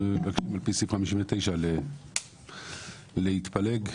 על-פי סעיף 59 מבקשים להתפלג